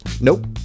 Nope